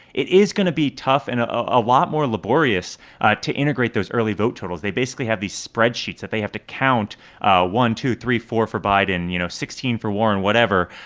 it is going to be tough and a lot more laborious to integrate those early vote totals. they basically have these spreadsheets that they have to count one, two, three, four for biden, you know, sixteen for warren, whatever,